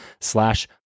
slash